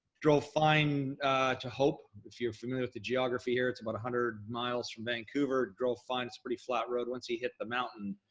drove fine to hope. if you're familiar with the geography here, it's about one hundred miles from vancouver, drove fine, it's pretty flat road once you hit the mountain.